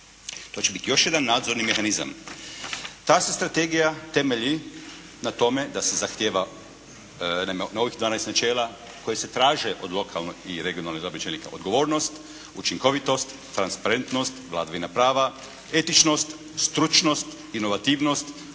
To će biti još jedan nadzorni mehanizam. Ta se strategija temelji na tome da se zahtjeva novih 12 načela koje se traže od lokalne i regionalne … /Govornik se ne razumije./ … odgovornost, učinkovitost, transparentnost, vladavina prava, etičnost, stručnost, inovativnost,